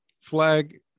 flag